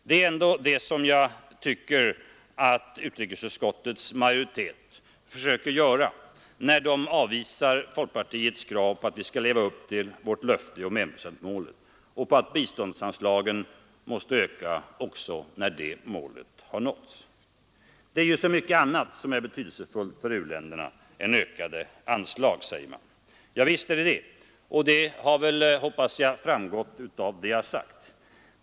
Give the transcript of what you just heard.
Det är ändå just detta som jag tycker att utrikesutskottets majoritet försöker göra när den avvisar folkpartiets krav på att vi skall leva upp till vårt löfte om enprocentsmålet och att biståndsanslagen måste öka även sedan det målet har nåtts. Det är ju så mycket annat än ökade anslag som också är betydelsefullt för u-länderna, säger man. Ja, visst är det så, och det har väl, hoppas jag, framgått av vad jag har sagt hittills.